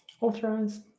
Authorize